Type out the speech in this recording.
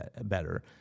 better